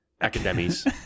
Academies